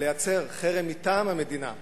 אבל לייצר חרם מטעם המדינה,